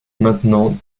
maintenant